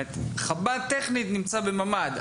חב"ד נמצא טכנית בממ"ד,